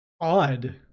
odd